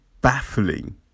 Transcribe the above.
baffling